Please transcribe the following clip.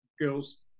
girls